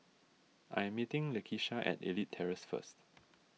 I am meeting Lakeisha at Elite Terrace first